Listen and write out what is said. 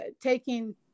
taking